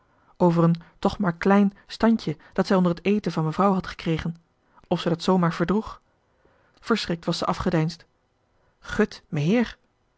over een toch maar klein standje dat zij onder t eten van mevrouw had gekregen of ze dat zoo maar verdroeg verschrikt was ze afgedeinsd gut meheer